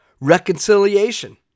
reconciliation